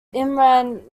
imran